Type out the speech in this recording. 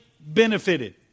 benefited